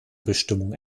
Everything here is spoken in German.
bestimmung